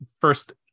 first